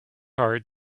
heart